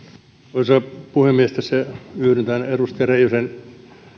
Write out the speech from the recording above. arvoisa puhemies yhdyn edustaja reijosen